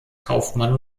kaufmann